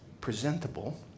presentable